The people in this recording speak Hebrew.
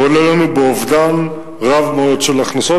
והוא עולה לנו באובדן רב מאוד של הכנסות,